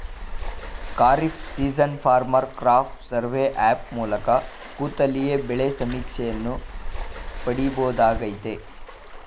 kharif season farmer crop survey app ಮೂಲಕ ಕೂತಲ್ಲಿಯೇ ಬೆಳೆ ಸಮೀಕ್ಷೆಯನ್ನು ಪಡಿಬೋದಾಗಯ್ತೆ